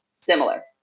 similar